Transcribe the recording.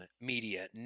Media